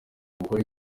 gukora